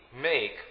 make